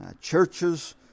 churches